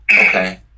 okay